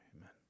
Amen